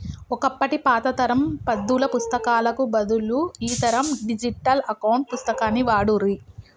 ఒకప్పటి పాత తరం పద్దుల పుస్తకాలకు బదులు ఈ తరం డిజిటల్ అకౌంట్ పుస్తకాన్ని వాడుర్రి